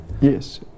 Yes